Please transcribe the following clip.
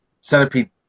centipede